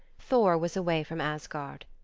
thor was away from asgard.